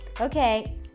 Okay